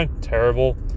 terrible